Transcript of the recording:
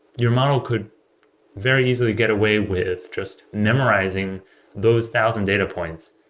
your model could very easily get away with just memorizing those thousand data points,